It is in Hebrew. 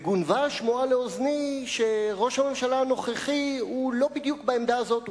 גונבה השמועה לאוזני שראש הממשלה הנוכחי הוא לא בדיוק בעמדה הזאת,